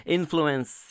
influence